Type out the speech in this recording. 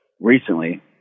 recently